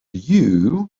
you